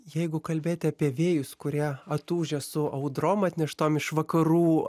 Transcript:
jeigu kalbėti apie vėjus kurie atūžę su audrom atneštom iš vakarų